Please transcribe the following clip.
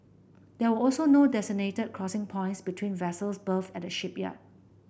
there were also no designated crossing points between vessels berthed at the shipyard